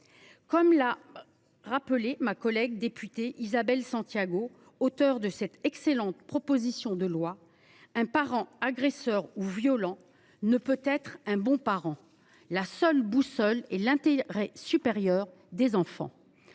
Comme l’a rappelé notre collègue députée Isabelle Santiago, auteure de cette excellente proposition de loi, un parent agresseur ou violent ne peut être un bon parent : la seule boussole est l’intérêt supérieur des enfants.